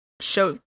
show